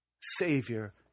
Savior